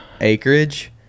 acreage